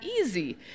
easy